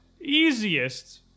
Easiest